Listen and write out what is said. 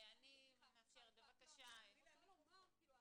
אני רוצה לומר.